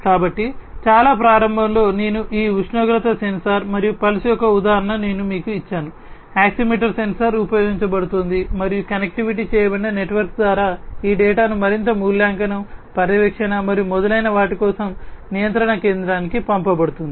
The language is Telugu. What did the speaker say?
కాబట్టి చాలా ప్రారంభంలో నేను ఈ ఉష్ణోగ్రత సెన్సార్ మరియు పల్స్ యొక్క ఉదాహరణను మీకు ఇచ్చాను ఆక్సిమీటర్ సెన్సార్ ఉపయోగించబడుతోంది మరియు కనెక్ట్ చేయబడిన నెట్వర్క్ ద్వారా ఈ డేటా మరింత మూల్యాంకనం పర్యవేక్షణ మరియు మొదలైన వాటి కోసం నియంత్రణ కేంద్రానికి పంపబడుతుంది